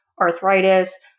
arthritis